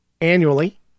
annually